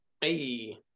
hey